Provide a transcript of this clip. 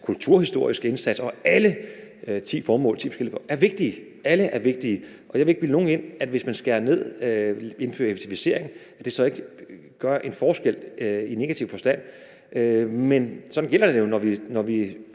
kulturhistorisk indsats, og alle ti forskellige formål er vigtige. Alle er vigtige, og jeg vil ikke bilde nogen ind, at hvis man skærer ned og indfører effektivisering, så gør det ikke en forskel i negativ forstand. Men sådan er det jo, når vi